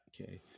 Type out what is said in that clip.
Okay